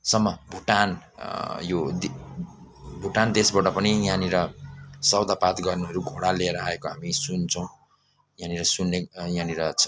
सम्म भुटान यो भुटान देशबाट पनि यहाँनिर सौदा पात गर्नेहरू घोडा लिएर आएको हामी सुन्छौँ यहाँनिर सुन्ने यहाँनिर छ